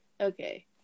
Okay